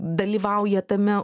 dalyvauja tame